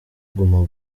guma